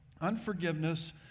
unforgiveness